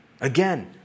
Again